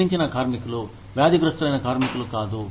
క్షీణించిన కార్మికులు వ్యాధిగ్రస్తులైన కార్మికులు కాదు